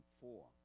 four